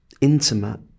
intimate